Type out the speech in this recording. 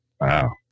Wow